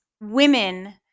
women